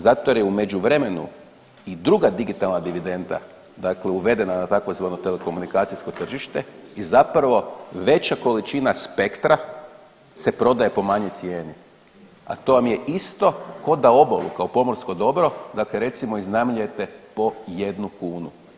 Zato jer je u međuvremenu i druga digitalna dividenda dakle uvedena na tzv. telekomunikacijsko tržište i zapravo veća količina spektra se prodaje po manjoj cijeni, a to vam je isto kao da obalu, kao pomorsko dobro, dakle recimo, iznajmljujete po 1 kunu.